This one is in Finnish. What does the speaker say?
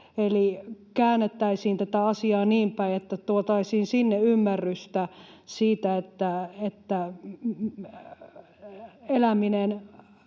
Eli käännettäisiin tätä asiaa niin päin, että tuotaisiin sinne ymmärrystä siitä, että eläminen